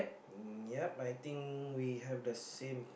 uh ya I think we have the same